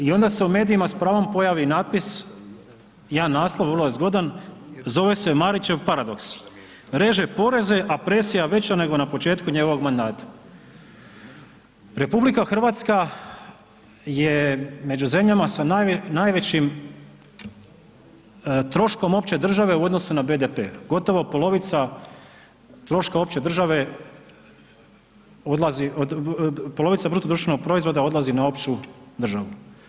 I onda se u medijima s pravom pojavi natpis, jedan naslov vrlo je zgodan, zove se „Marićev paradoks, reže poreze, a presija veća nego na početku njegovog mandata.“ RH je među zemljama sa najvećim troškom opće države u odnosu na BDP, gotovo polovica troška opće države odlazi, polovica bruto društvenog proizvoda odlazi na opću državu.